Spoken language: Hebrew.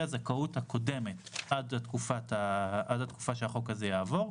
הזכאות הקודמת עד לתקופה שהחוק הזה יעבור.